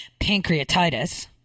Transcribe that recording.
pancreatitis